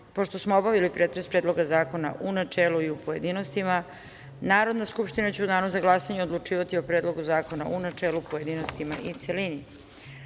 smo obavili pretres Predloga zakona u načelu i u pojedinostima Narodna skupština će u danu za glasanje odlučivati o Predlogu zakona u načelu, pojedinostima i celini. Tačka